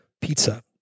pizza